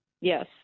Yes